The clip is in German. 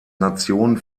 nationen